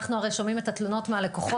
אנחנו הרי שומעים את התלונות מהלקוחות,